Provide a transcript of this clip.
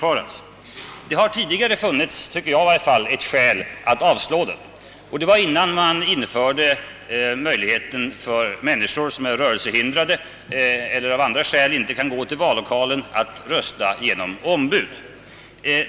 Tidigare har det — enligt min uppfattning — förelegat ett skäl att avstyrka denna reform, nämligen innan det fanns möjlighet för människor som är rörelsehindrade eller av andra orsaker inte kunde gå till vallokalen att rösta genom ombud.